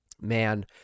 man